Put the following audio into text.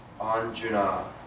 Anjuna